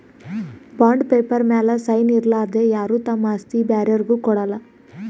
bond paper ಮ್ಯಾಲ್ sign ಇರಲಾರ್ದೆ ಯಾರು ತಮ್ ಆಸ್ತಿ ಬ್ಯಾರೆ ಯಾರ್ಗು ಕೊಡಲ್ಲ